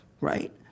right